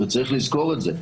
וצריך לזכור את זה.